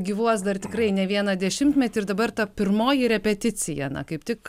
gyvuos dar tikrai ne vieną dešimtmetį ir dabar ta pirmoji repeticija na kaip tik